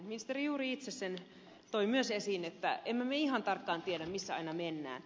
ministeri juuri itse sen toi myös esiin että emme me ihan tarkkaan tiedä missä aina mennään